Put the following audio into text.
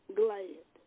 glad